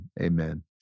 Amen